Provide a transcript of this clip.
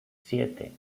siete